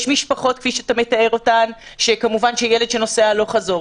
יש משפחות שכפי שאמרת, הילד נוסע הלוך חזור.